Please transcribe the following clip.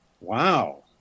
Wow